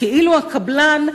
כאילו הקבלן,